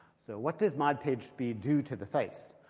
so what does mod pagespeed do to the sites?